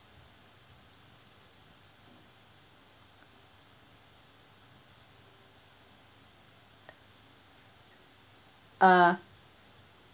err